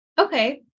Okay